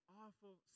awful